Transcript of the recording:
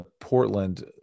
portland